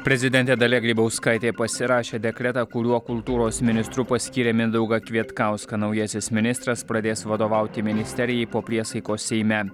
prezidentė dalia grybauskaitė pasirašė dekretą kuriuo kultūros ministru paskyrė mindaugą kvietkauską naujasis ministras pradės vadovauti ministerijai po priesaikos seime